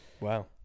Wow